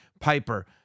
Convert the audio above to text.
Piper